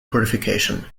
purification